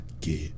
get